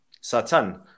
satan